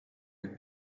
jak